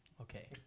Okay